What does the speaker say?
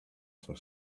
for